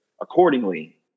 accordingly